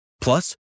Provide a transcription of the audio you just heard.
Plus